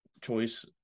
choice